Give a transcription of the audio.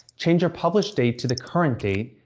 change your published date to the current date,